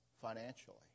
financially